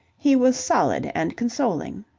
he was solid and consoling.